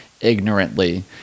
ignorantly